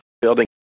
building